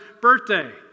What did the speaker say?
birthday